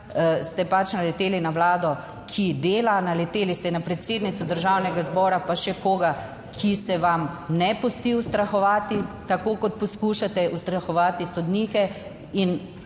Ste pač naleteli na vlado, ki dela, naleteli ste na predsednico Državnega zbora, pa še koga, ki se vam ne pusti ustrahovati tako kot poskušate ustrahovati sodnike